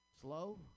Slow